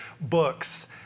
books